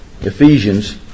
Ephesians